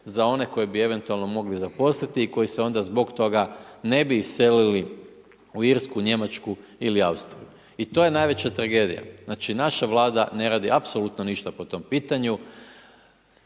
koje bi eventualno mogli zaposliti i koji se onda zbog toga, ne bi iselili u Irsku, Njemačku ili Austriju. I to je najveća tragedija. Znači naša vlada ne radi apsolutno ništa po tom pitanju,